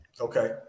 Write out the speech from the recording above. Okay